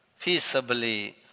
feasibly